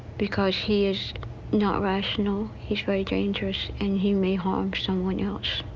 because he is not rational, he's very dangerous and he may harm someone else.